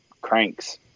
cranks